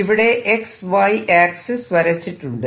ഇവിടെ XY axis വരച്ചിട്ടുണ്ട്